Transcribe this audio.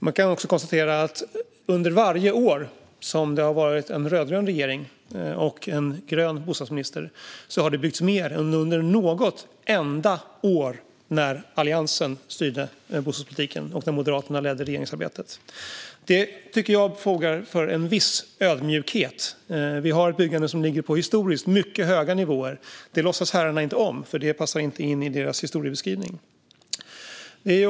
Vi kan också konstatera att under varje år som det har varit en rödgrön regering och en grön bostadsminister har det byggts mer än under något enda år när Alliansen styrde bostadspolitiken och när Moderaterna ledde regeringsarbetet. Det tycker jag borde göra att man visar en viss ödmjukhet. Vi har ett byggande som ligger på historiskt mycket höga nivåer. Det låtsas herrarna inte om, eftersom det inte passar in i deras historiebeskrivning.